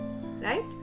right